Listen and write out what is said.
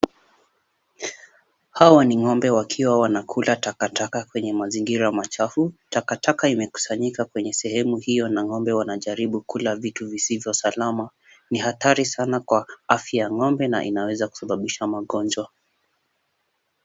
Hawa ni ng'ombe wakiwa wanakula takataka kwenye mazingira machafu, takataka imekusanyika kwenye sehemu hiyo na ng'ombe wanajaribu kula vitu visivyo salama, ni hatari kwa afya ya ng'ombe na inaweza kusababisha magonjwa.